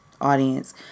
audience